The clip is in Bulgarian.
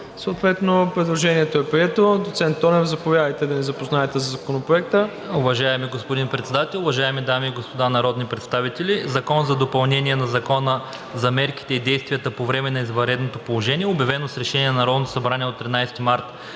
се няма. Предложението е прието. Доцент Тонев, заповядайте да ни запознаете със Законопроекта. ДОКЛАДЧИК АНТОН ТОНЕВ: Уважаеми господин Председател, уважаеми дами и господа народни представители! „ЗАКОН за допълнение на Закона за мерките и действията по време на извънредното положение, обявено с решение на Народното събрание от 13 март